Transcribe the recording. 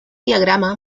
diagrama